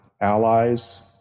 allies